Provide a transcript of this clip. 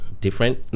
different